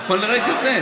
נכון לרגע זה.